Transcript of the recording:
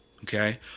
Okay